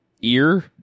Ear